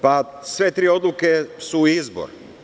Pa, sve tri odluke su izbor.